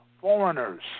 foreigners